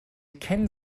ken